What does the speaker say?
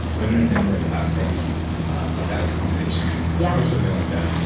women and intermittent fasting a bad competition yeah or something like that.